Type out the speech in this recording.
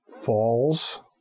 falls